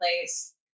place